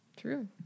True